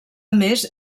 més